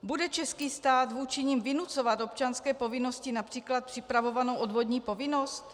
Bude český stát vůči nim vynucovat občanské povinnosti, například připravovanou odvodní povinnost?